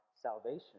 salvation